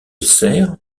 cerf